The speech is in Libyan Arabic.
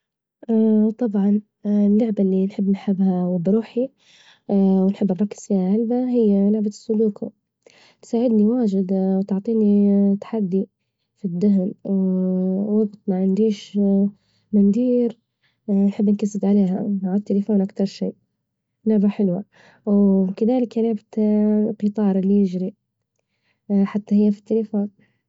طبعا اللعبة اللي نحب نحبها بروحي ونحب نركز فيها هلبا هي لعبة السودوكو، تساعدني واجد وتعطيني تحدي في الذهن، وجت معنديش ما ندير نحب نكست عليها على التليفون أكتر شي لعبة حلوة وكذلك هي لعبة القطار اللي يجري حتى هي في التليفون.